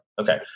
okay